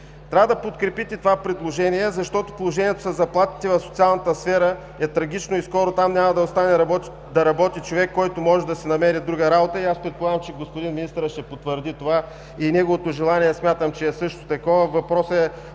Трябва да подкрепите това предложение, защото положението със заплатите в социалната сфера е трагично и скоро там няма да остане да работи човек, който може да си намери друга работа. Предполагам, че господин министърът ще потвърди това – неговото желание смятам, че е също такова. Въпросът